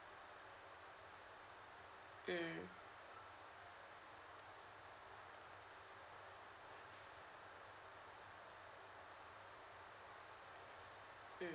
mm